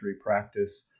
practice